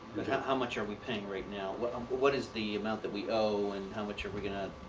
how how much are we paying right now? what um but what is the amount that we owe and how much are we going to.